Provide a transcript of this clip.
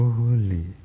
holy